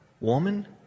Woman